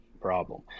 problem